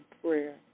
prayer